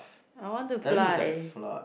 I want to fly